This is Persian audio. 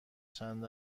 چند